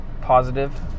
positive